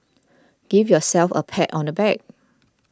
give yourselves a pat on the back